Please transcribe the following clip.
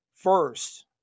First